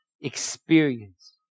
experience